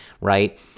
right